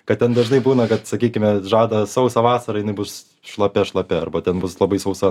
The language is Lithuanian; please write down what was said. kad ten dažnai būna kad sakykime žada sausą vasarą jinai bus šlapia šlapia arba ten bus labai sausa